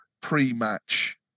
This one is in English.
pre-match